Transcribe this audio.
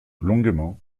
longuement